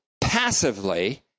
passively